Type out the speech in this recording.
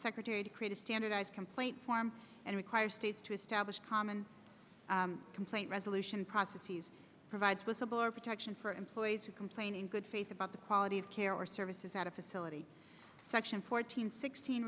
secretary to create a standardized complaint form and require states to establish common complaint resolution process these provides whistleblower protection for employees who complain in good faith about the quality of care or services at a facility section fourteen sixteen